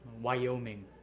wyoming